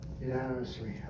unanimously